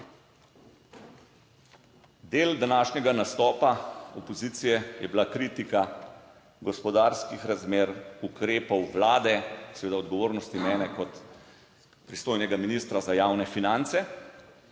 Del današnjega nastopa opozicije je bila kritika gospodarskih razmer, ukrepov Vlade, seveda odgovornosti mene kot pristojnega ministra za javne finance.